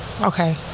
Okay